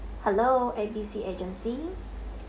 hello A B C agency